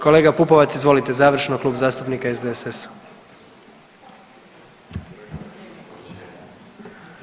Kolega Pupovac izvolite, završno Klub zastupnika SDSS-a.